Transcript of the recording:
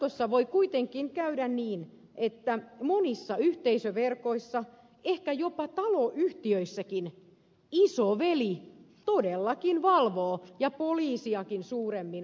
jatkossa voi kuitenkin käydä niin että monissa yhteisöverkoissa ehkä jopa taloyhtiöissäkin isoveli todellakin valvoo ja poliisiakin suuremmin valtuuksin